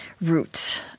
roots